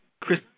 Chris